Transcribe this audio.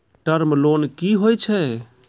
Term loan कि होय छै?